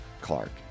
Clark